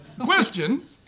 question